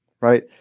right